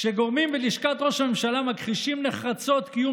כשגורמים מלשכת ראש הממשלה מכחישים נחרצות קיום